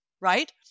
right